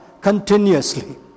continuously